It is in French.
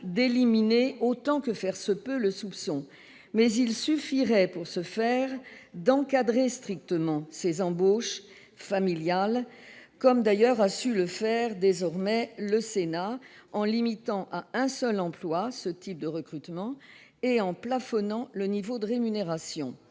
d'éliminer, autant que faire se peut, le soupçon. Mais il suffirait pour ce faire d'encadrer strictement les embauches familiales, comme a su le faire le Sénat, en limitant à un seul emploi ce type de recrutement et en plafonnant le niveau de rémunération.